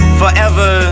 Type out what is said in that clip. forever